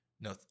no